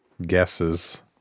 guesses